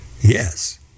Yes